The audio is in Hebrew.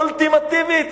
אולטימטיבית,